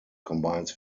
combines